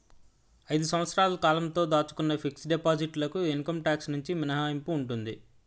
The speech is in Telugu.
ఐదు సంవత్సరాల కాలంతో దాచుకున్న ఫిక్స్ డిపాజిట్ లకు ఇన్కమ్ టాక్స్ నుంచి మినహాయింపు ఉంటుంది